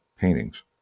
paintings